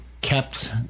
kept